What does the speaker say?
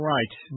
Right